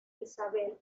isabel